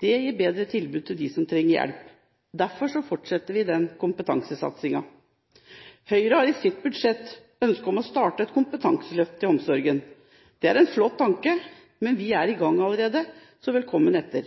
Dette gir bedre tilbud til dem som trenger hjelp. Derfor fortsetter vi den kompetansesatsingen. Høyre har i sitt budsjett ønske om å starte et kompetanseløft i omsorgen. Det er en flott tanke. Men vi er i gang allerede, så velkommen etter.